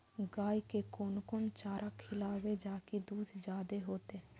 गाय के कोन कोन चारा खिलाबे जा की दूध जादे होते?